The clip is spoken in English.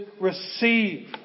receive